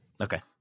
Okay